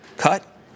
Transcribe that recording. Cut